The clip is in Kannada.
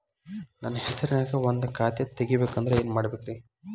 ನನ್ನ ಹೆಸರನ್ಯಾಗ ಒಂದು ಖಾತೆ ತೆಗಿಬೇಕ ಅಂದ್ರ ಏನ್ ಮಾಡಬೇಕ್ರಿ?